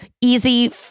easy